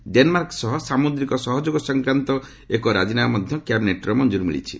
Denmark ସହ ସାମ୍ରଦିକ ସହଯୋଗ ସଂକ୍ରାନ୍ତ ଏକ ରାଜିନାମା ମଧ୍ୟ କ୍ୟାବିନେଟ୍ର ମଞ୍ଜରି ମିଳିଛି